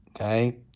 okay